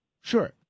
Sure